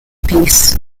piece